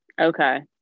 Okay